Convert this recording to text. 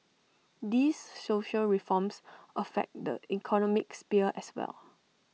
these social reforms affect the economic sphere as well